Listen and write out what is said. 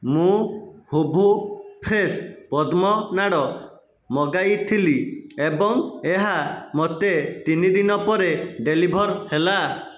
ମୁଁ ହୂଭୁ ଫ୍ରେଶ୍ ପଦ୍ମନାଡ଼ ମଗାଇଥିଲି ଏବଂ ଏହା ମୋତେ ତିନି ଦିନ ପରେ ଡେଲିଭର୍ ହେଲା